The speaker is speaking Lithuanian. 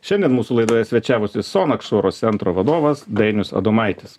šiandien mūsų laidoje svečiavosi sonaks centro vadovas dainius adomaitis